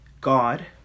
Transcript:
God